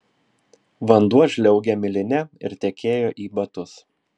vanduo žliaugė miline ir tekėjo į batus